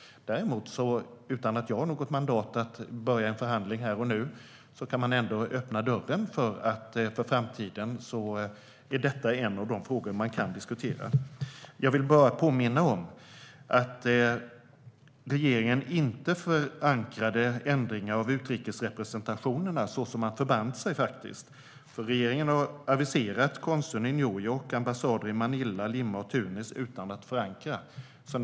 Utan att jag har något mandat att börja en förhandling här och nu kan man ändå öppna dörren för att detta är en av de frågor som kan diskuteras i framtiden. Jag vill bara påminna om att regeringen inte förankrade ändringar av utrikesrepresentationen, så som man förband sig. Regeringen har nämligen aviserat konsuln i New York och ambassader i Manila, Lima och Tunis utan att förankra det.